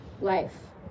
life